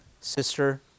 sister